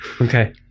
Okay